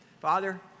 Father